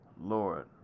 Lord